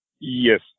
Yes